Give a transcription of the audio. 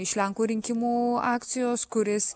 iš lenkų rinkimų akcijos kuris